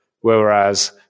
whereas